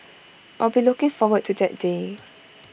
I will be looking forward to that day